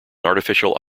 artificial